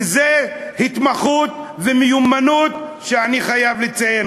וזו התמחות ומיומנות שאני חייב לציין.